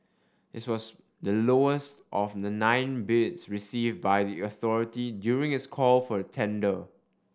this was the lowest of the nine bids received by the authority during its call for tender